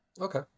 Okay